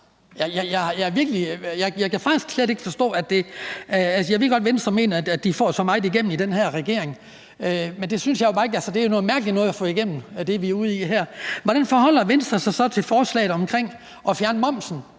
Jeg kan faktisk slet ikke forstå det. Jeg ved godt, at Venstre mener, de får så meget igennem i den her regering, men det synes jeg jo bare ikke. Altså, det, vi er ude i her, er jo noget mærkeligt noget at få igennem. Hvordan forholder Venstre sig så til forslaget om at fjerne momsen